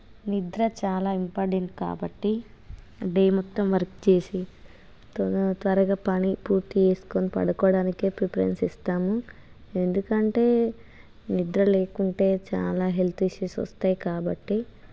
నిద్ర చాలా ఇంపార్టెంట్ కాబట్టి డే మొత్తం వర్క్ చేసి త్వ త్వరగా పని పూర్తి చేసుకోని పడుకోవడానికే ప్రిఫరెన్స్ ఇస్తాము ఎందుకంటే నిద్రలేకుంటే చాలా హెల్త్ ఇష్యూస్ వస్తాయి కాబట్టి